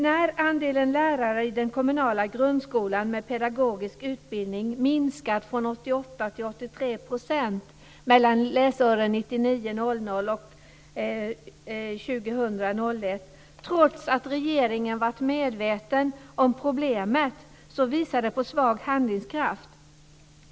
När andelen lärare med pedagogisk utbildning i den kommunala grundskolan minskat från 88 % till 83 % mellan läsåren 1999 01, trots att regeringen har varit medveten om problemet, visar det på svag handlingskraft.